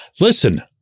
Listen